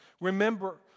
Remember